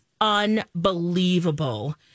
unbelievable